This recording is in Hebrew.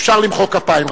אפשר למחוא כפיים,